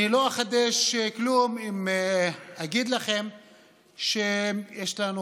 אני לא אחדש כלום אם אגיד לכם שיש לנו,